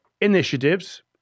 initiatives